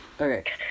okay